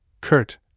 Kurt